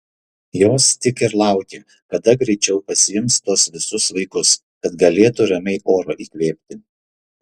jos tik ir laukia kada greičiau pasiims tuos visus vaikus kad galėtų ramiai oro įkvėpti